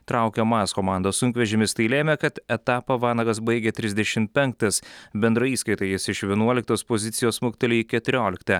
traukė maz komandos sunkvežimis tai lėmė kad etapą vanagas baigė trisdešim penktas bendroj įskaitoje jis iš vienuoliktos pozicijos smuktelėjo į keturioliktą